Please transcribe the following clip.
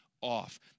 off